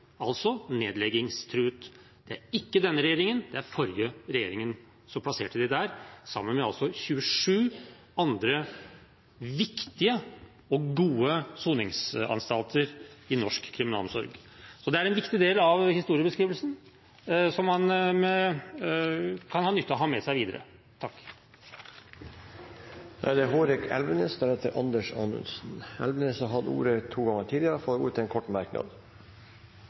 altså nedleggingstruet. Det er ikke denne regjeringen, det var den forrige regjeringen, som plasserte dem der, sammen med 27 andre viktige og gode soningsanstalter i norsk kriminalomsorg. Det er en viktig del av historiebeskrivelsen som man kan ha nytte av å ha med seg videre. Representanten Hårek Elvenes har hatt ordet to ganger tidligere og får ordet til en kort merknad,